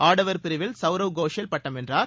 ஆடவர் பிரிவில் சவ்ரவ் கோஷல் பட்டம் வென்றார்